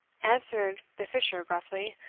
answered the fisher gruffly,